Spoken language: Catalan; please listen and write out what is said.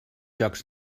jocs